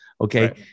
Okay